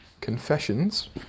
Confessions